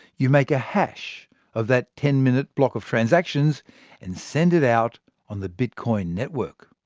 you make a hash of that ten minute block of transactions and send it out on the bitcoin network.